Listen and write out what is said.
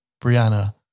Brianna